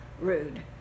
rude